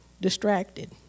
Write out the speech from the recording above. distracted